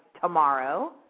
tomorrow